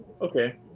Okay